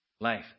Life